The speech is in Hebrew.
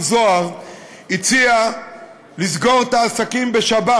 מיקי זוהר הציע לסגור את העסקים בשבת,